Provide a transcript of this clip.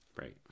Right